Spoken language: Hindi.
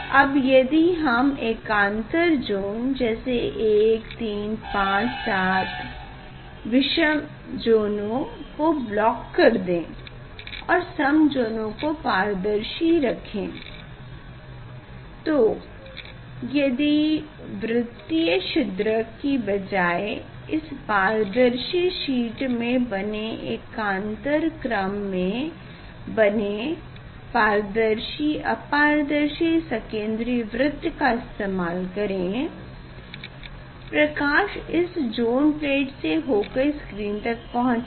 अब यदि हम एकांतर ज़ोन जैसे 1357 विषम जोनो को ब्लॉक कर दें और सम ज़ोनों को पारदर्शी रखेँ तो यदि वृत्तीय छिद्रक की बजाय इस पारदर्शी शीट में बने एकांतर क्रम में बने पारदर्शी अपारदर्शी सकेन्द्री वृत्त का इस्तेमाल करें प्रकाश इस ज़ोन प्लेट से होकर स्क्रीन तक पहुँचेगी